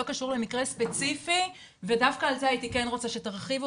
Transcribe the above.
לא קשור למקרה ספציפי ודווקא על זה הייתי כן רוצה שתרחיבו